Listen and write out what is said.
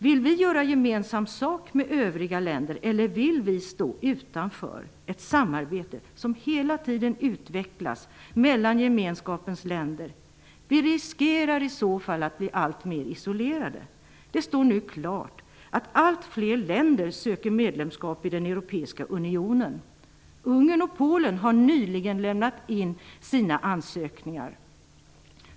Vill vi göra gemensam sak med övriga länder, eller vill vi stå utanför ett samarbete som hela tiden utvecklas mellan gemenskapens länder? I så fall riskerar vi att bli alltmer isolerade. Det står nu klart att allt fler länder söker medlemskap i den europeiska unionen. Ungern och Polen har nyligen lämnat in sina ansökningar.